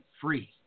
free